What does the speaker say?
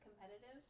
competitive